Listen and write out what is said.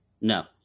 No